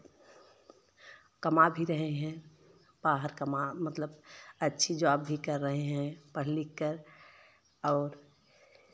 कमा भी रहे हैं बाहर कमा मतलब अच्छी जॉब भी कर रहे हैं पढ़ लिखकर और